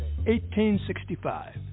1865